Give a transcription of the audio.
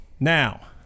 now